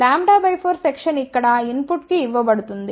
λ 4 section ఇక్కడ input కి ఇవ్వబడింది